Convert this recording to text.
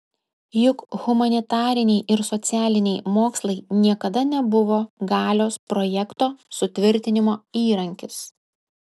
juk humanitariniai ir socialiniai mokslai niekada nebuvo galios projekto sutvirtinimo įrankis